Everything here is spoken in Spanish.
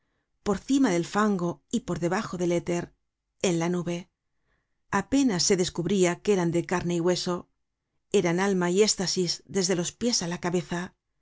por cima del fango y por debajo del éter en la nube apenas se descubria que eran de carne y hueso eran alma y éstasis desde los pies á la cabeza